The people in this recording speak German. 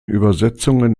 übersetzungen